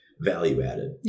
value-added